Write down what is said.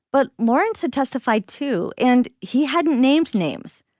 but lawrence had testified to and he hadn't named names.